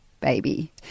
baby